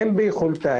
אין ביכולתה.